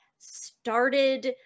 Started